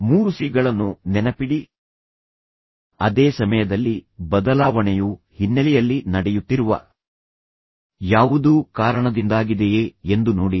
ಮೂರು ಸಿ ಗಳನ್ನು ನೆನಪಿಡಿ ಅದೇ ಸಮಯದಲ್ಲಿ ಬದಲಾವಣೆಯು ಹಿನ್ನೆಲೆಯಲ್ಲಿ ನಡೆಯುತ್ತಿರುವ ಯಾವುದೋ ಕಾರಣದಿಂದಾಗಿದೆಯೇ ಎಂದು ನೋಡಿ